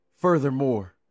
Furthermore